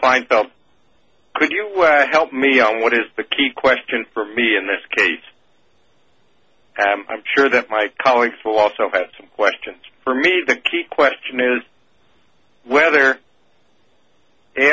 kleinfeld could you help me on what is the key question for me in this case i'm sure that my colleague from also had some questions for me the key question is whether